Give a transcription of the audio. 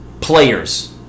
players